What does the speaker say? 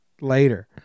later